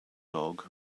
dog